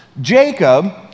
Jacob